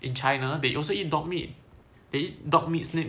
in china they also eat dog meat they eat dog meat snake meat